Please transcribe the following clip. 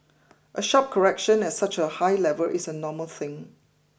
a sharp correction at such a high level is a normal thing